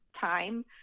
time